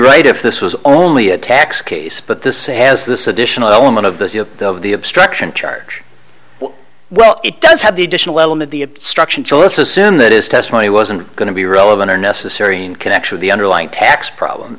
right if this was only a tax case but this has this additional element of the of the of the obstruction charge well it does have the additional element the obstruction chillis assume that is testimony wasn't going to be relevant or necessary in connection of the underlying tax problem